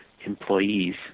employees